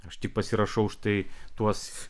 aš tik pasirašau štai tuos